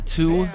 two